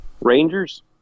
Rangers